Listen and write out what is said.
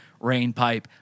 Rainpipe